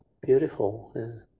beautiful